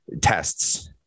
tests